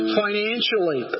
financially